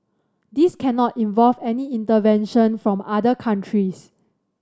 this cannot involve any intervention from other countries